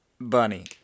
bunny